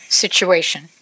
Situation